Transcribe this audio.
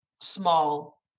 small